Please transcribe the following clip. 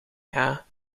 zijn